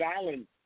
Island